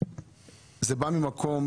זה בא ממקום